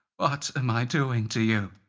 but am i doing to you?